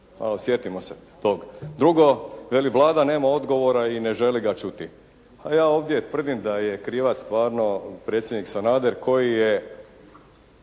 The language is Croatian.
sjetimo se tog. Drugo, veli: «Vlada nema odgovora i ne želi ga čuti.» Pa ja ovdje tvrdim da je krivac stvarno predsjednik Sanader koji je